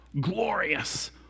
glorious